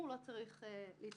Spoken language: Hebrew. אנחנו חושבים שחשוב שיהיה